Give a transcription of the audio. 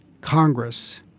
Congress